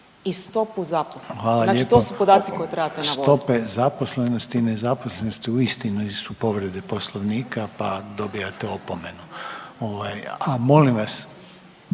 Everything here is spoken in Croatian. i stopu zaposlenosti. Znači to su podaci koje trebate navoditi. **Reiner, Željko (HDZ)** Hvala lijepo. Stope zaposlenosti i nezaposlenosti uistinu nisu povrede Poslovnika, pa dobivate opomenu. A molim vas